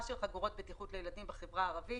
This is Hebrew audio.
של חגורות בטיחות לילדים בחברה הערבית